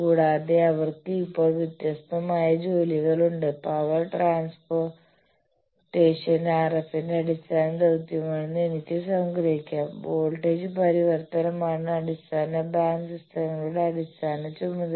കൂടാതെ അവർക്ക് ഇപ്പോൾ വ്യത്യസ്തമായ ജോലികളുണ്ട് പവർ ട്രാൻസ്പോർറ്റേഷൻ RF ന്റെ അടിസ്ഥാന ദൌത്യമാണെന്ന് എനിക്ക് സംഗ്രഹിക്കാം വോൾട്ടേജ് പരിവർത്തനമാണ് അടിസ്ഥാന ബാൻഡ് സിസ്റ്റങ്ങളുടെ അടിസ്ഥാന ചുമതല